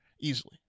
easily